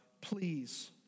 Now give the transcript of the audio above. Please